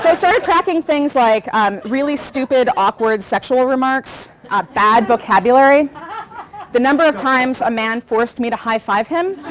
so started tracking things like um really stupid, awkward, sexual remarks bad vocabulary the number of times a man forced me to high-five him.